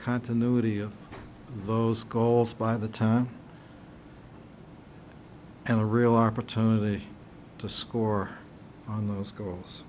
continuity of those goals by the time and a real opportunity to score on those